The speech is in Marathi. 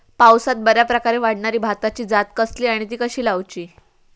पावसात बऱ्याप्रकारे वाढणारी भाताची जात कसली आणि ती कशी लाऊची?